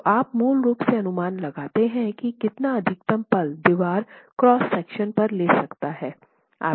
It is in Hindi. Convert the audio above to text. तो आप मूल रूप से अनुमान लगाते हैं कि कितना अधिकतम पल दीवार क्रॉस सेक्शन पर ले सकता है